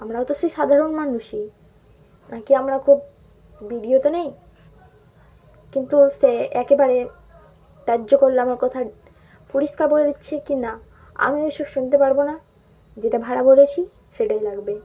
আমরাও তো সেই সাধারণ মানুষই নাকি আমরা খুব বিডিও নেই কিন্তু সে একেবারে ধার্য করলে আমার কথা পরিষ্কার বলে দিচ্ছে কি না আমি ওসব শুনতে পারবো না যেটা ভাড়া বলেছি সেটাই লাগবে